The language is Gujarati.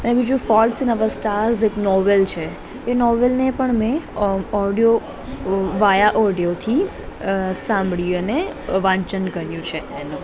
ને બીજું ફોલ્ટ ઇન અવર સ્ટાર્સ એક નોવેલ છે એ નોવલને પણ મેં ઓડિયો વાયા ઓડિયોથી અ સાંભળી અને વાંચન કર્યું છે એનું